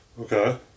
Okay